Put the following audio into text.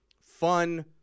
fun